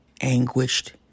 anguished